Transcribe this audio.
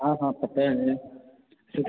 हाँ हाँ पता है हमें